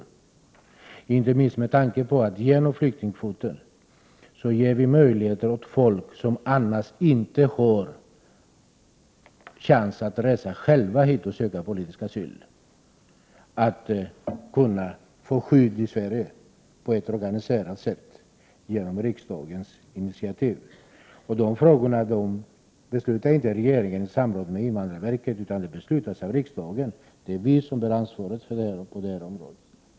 Detta gäller inte minst med tanke på att vi genom flyktingkvoten ger möjlighet till de människor som annars inte har en chans att själva resa hit och söka politisk asyl, att genom riksdagens initiativ kunna få skydd i Sverige på ett organiserat sätt. I dessa frågor beslutar inte regeringen i samråd med invandrarverket, utan det är riksdagen som fattar beslut om detta. Det är vi som bär ansvaret på det här området. Herr talman!